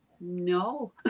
no